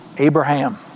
Abraham